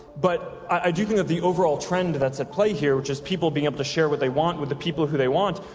but i do think that the overall trend that's at play here, which is people being able to share what they want with the people who they want,